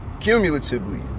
cumulatively